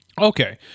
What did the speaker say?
Okay